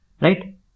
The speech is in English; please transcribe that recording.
Right